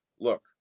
look